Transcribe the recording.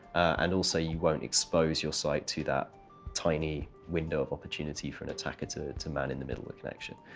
and also, you won't expose your site to that tiny window of opportunity for an attacker to to man in the middle of the connection.